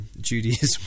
Judaism